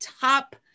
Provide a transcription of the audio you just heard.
top